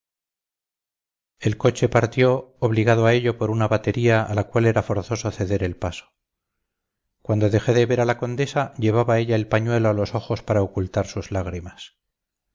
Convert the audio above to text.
el coche partió obligado a ello por una batería a la cual era forzoso ceder el paso cuando dejé de ver a la condesa llevaba ella el pañuelo a los ojos para ocultar sus lágrimas